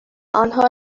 آنها